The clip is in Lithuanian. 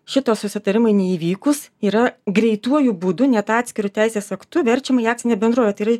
šito susitarimui neįvykus yra greituoju būdu net atskiru teisės aktu verčiama į akcinę bendrovę yra